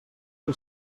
que